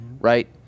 right